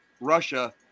Russia